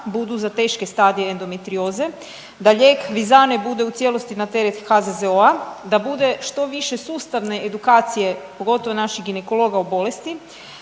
budu za teške stadije endometrioze, da lijek Vissane bude u cijelosti na teret HZZO-a, da bude što više sustavne edukacije, pogotovo naših ginekologa o bolesti,